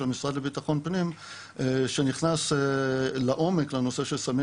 של משרד לביטחון פנים שנכנס לעומק לנושא של סמים